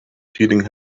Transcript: feeling